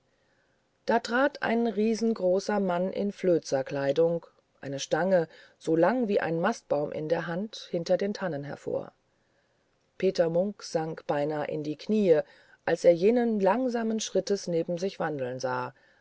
da trat ein riesengroßer mann in flözerkleidung und eine stange so lang wie ein mastbaum in der hand hinter den tannen hervor peter munk sank beinahe in die kniee als er jenen langsamen schrittes neben sich wandeln sah